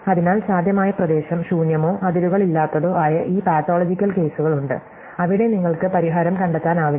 അതിനാൽ സാധ്യമായ പ്രദേശം ശൂന്യമോ അതിരുകളില്ലാത്തതോ ആയ ഈ പാത്തോളജിക്കൽ കേസുകളുണ്ട് അവിടെ നിങ്ങൾക്ക് പരിഹാരം കണ്ടെത്താനാവില്ല